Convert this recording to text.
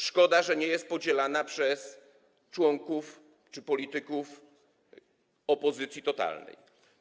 Szkoda, że nie jest podzielana przez członków czy polityków opozycji totalnej.